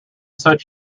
such